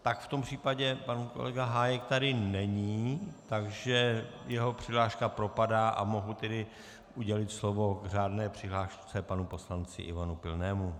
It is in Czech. Tak v tom případě pan kolega Hájek tady není, takže jeho přihláška propadá, a mohu tedy udělit slovo k řádné přihlášce panu poslanci Ivanu Pilnému.